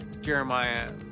Jeremiah